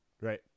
right